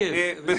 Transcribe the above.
בכיף.